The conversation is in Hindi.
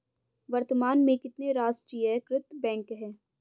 वर्तमान में कितने राष्ट्रीयकृत बैंक है?